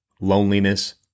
Loneliness